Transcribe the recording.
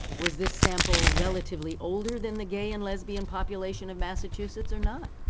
was this sample relatively older than the gay and lesbian population of massachusetts or not?